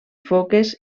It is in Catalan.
foques